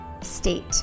state